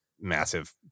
massive